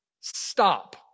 stop